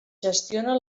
gestiona